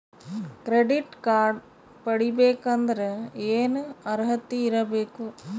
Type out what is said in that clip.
Credit card ಪಡಿಬೇಕಂದರ ಏನ ಅರ್ಹತಿ ಇರಬೇಕು?